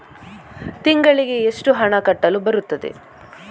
ತಿಂಗಳಿಗೆ ಎಷ್ಟು ಹಣ ಕಟ್ಟಲು ಬರುತ್ತದೆ?